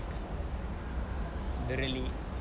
the really